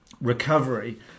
recovery